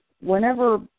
whenever